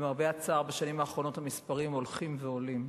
למרבה הצער בשנים האחרונות המספרים הולכים ועולים,